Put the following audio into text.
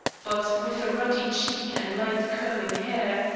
but with a ruddy cheek and light curling hair,